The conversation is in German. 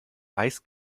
weiß